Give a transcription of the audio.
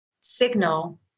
signal